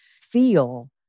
feel